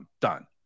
done